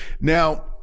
Now